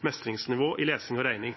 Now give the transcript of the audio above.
mestringsnivå i lesing og regning.